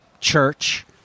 church